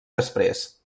després